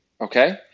okay